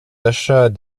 achats